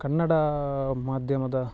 ಕನ್ನಡ ಮಾಧ್ಯಮದ